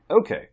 okay